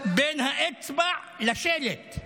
בין האצבע לשלט,